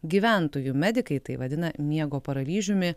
gyventojų medikai tai vadina miego paralyžiumi